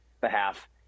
behalf